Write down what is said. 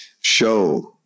show